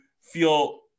feel